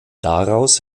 daraus